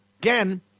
again